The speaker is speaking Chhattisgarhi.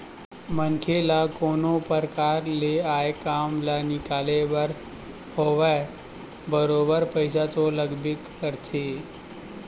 मनखे ल कोनो परकार ले आय काम ल निकाले बर होवय बरोबर पइसा तो लागबे करथे